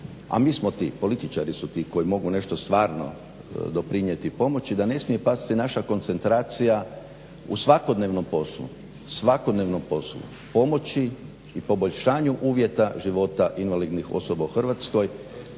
a mi smo ti, političari su ti koji mogu nešto stvarno doprinijeti i pomoći, da ne smije pasti naša koncentracija u svakodnevnom poslu, pomoći i poboljšanju uvjeta života invalidnih osoba u Hrvatskoj,